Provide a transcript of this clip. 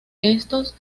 estos